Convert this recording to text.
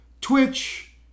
Twitch